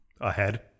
Ahead